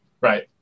Right